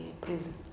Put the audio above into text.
prison